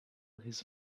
his